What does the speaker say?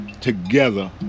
together